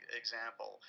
example